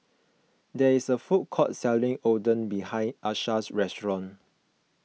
there is a food court selling Oden behind Asha's house